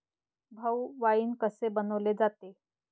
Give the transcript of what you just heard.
भाऊ, वाइन कसे बनवले जाते?